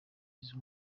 izi